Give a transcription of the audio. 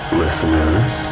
listeners